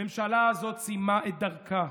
הממשלה הזאת סיימה את דרכה.